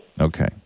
Okay